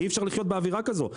אי אפשר לחיות באווירה כזו,